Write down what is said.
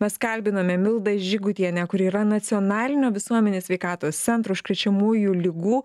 mes kalbinome mildą žygutienę kuri yra nacionalinio visuomenės sveikatos centro užkrečiamųjų ligų